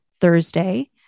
Thursday